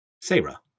Sarah